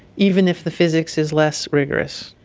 even if the physics is less rigorous.